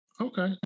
Okay